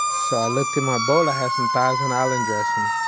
so i looked at my bowl. i had some thousand island dressing.